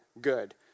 good